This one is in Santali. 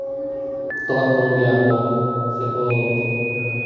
ᱛᱟᱵᱟᱜ ᱵᱚᱱ ᱜᱮᱭᱟ ᱠᱚ ᱥᱮᱠᱚ